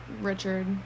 richard